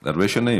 זה הרבה שנים.